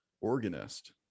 organist